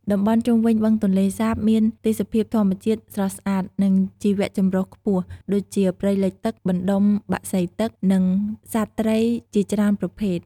តំបន់ជុំវិញបឹងទន្លេសាបមានទេសភាពធម្មជាតិស្រស់ស្អាត និងជីវចម្រុះខ្ពស់ ដូចជា ព្រៃលិចទឹក បណ្តុំបក្សីទឹក និងសត្វត្រីជាច្រើនប្រភេទ។